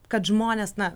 kad žmonės na